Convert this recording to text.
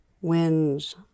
winds